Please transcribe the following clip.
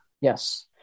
Yes